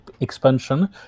expansion